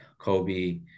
Kobe